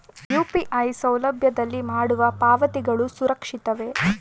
UPI ಸೌಲಭ್ಯದಲ್ಲಿ ಮಾಡುವ ಪಾವತಿಗಳು ಸುರಕ್ಷಿತವೇ?